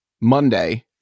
monday